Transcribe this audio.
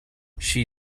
she